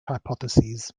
hypotheses